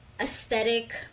aesthetic